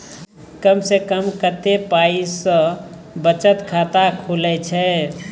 कम से कम कत्ते पाई सं बचत खाता खुले छै?